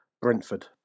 Brentford